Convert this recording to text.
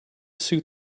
suit